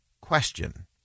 question